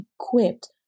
equipped